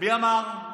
מי אמר?